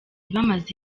bamaze